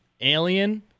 Alien